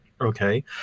Okay